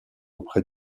auprès